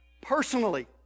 Personally